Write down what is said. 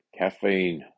caffeine